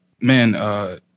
man